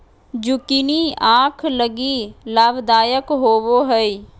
zucchini आंख लगी लाभदायक होबो हइ